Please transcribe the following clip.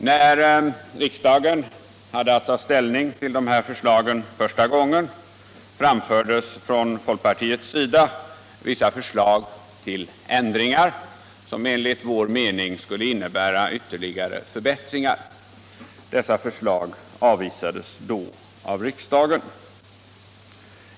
När riksdagen första gången behandlade dessa förslag framförde folkpartiet vissa förslag till ändringar, som enligt vår mening skulle innebära ytterligare förbättringar. Dessa förslag avvisades då av riksdagen.